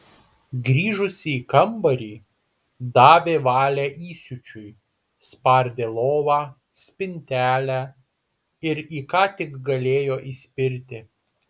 grįžusi į kambarį davė valią įsiūčiui spardė lovą spintelę ir į ką tik galėjo įspirti